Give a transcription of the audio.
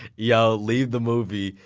yo. leave the movie.